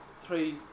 three